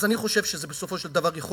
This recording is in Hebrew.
אז אני חושב שזה בסופו של דבר יכול